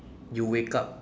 you wake up